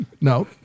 No